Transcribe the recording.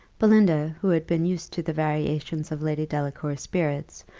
belinda, who had been used to the variations of lady delacour's spirits,